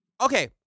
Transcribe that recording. okay